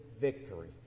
victory